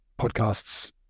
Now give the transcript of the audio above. podcasts